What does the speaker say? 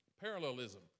Parallelism